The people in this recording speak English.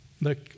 Look